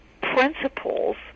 principles